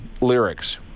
lyrics